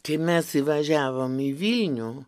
kai mes įvažiavome į vilnių